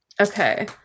Okay